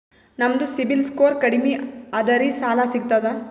ನಮ್ದು ಸಿಬಿಲ್ ಸ್ಕೋರ್ ಕಡಿಮಿ ಅದರಿ ಸಾಲಾ ಸಿಗ್ತದ?